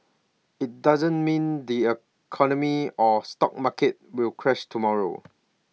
IT doesn't mean the economy or stock market will crash tomorrow